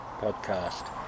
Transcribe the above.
podcast